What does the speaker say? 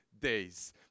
days